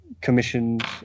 commissioned